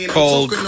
Called